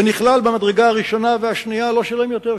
ונכלל במדרגה הראשונה והשנייה, לא שילם יותר.